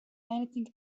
anything